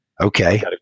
Okay